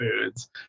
foods